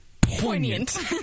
Poignant